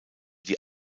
die